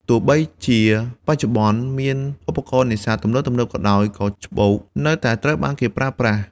ទោះបីជាបច្ចុប្បន្នមានឧបករណ៍នេសាទទំនើបៗក៏ដោយ ក៏ច្បូកនៅតែត្រូវបានគេប្រើប្រាស់។